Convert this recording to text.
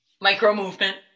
Micro-movement